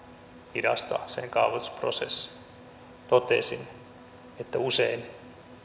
hidastaakseen kaavoitusprosessia totesin että usein